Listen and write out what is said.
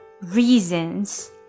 reasons